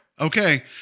Okay